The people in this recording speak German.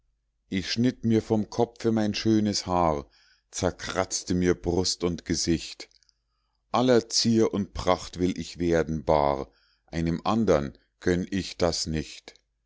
ich schnitt mir vom kopfe mein schönes haar zerkratzte mir brust und gesicht aller zier und pracht will ich werden bar einem andern gönn ich das nicht